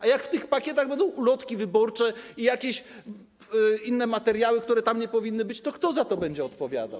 A jak w tych pakietach będą ulotki wyborcze i jakieś inne materiały, które tam nie powinny być, to kto za to będzie odpowiadał?